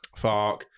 Fark